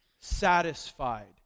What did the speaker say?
satisfied